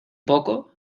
poco